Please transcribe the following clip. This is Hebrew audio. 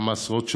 כמה עשרות שנים,